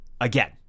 again